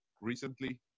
recently